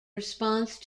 response